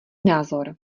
názor